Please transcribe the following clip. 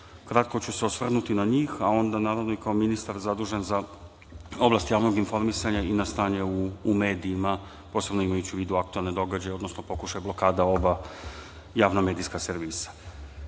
Kratko ću se osvrnuti na njih, a onda kao ministar zadužen za oblast javnog informisanja i na stanje u medijima, posebno imajući u vidu aktuelne događanje, odnosno pokušaj blokada oba javna medijska servisa. Kada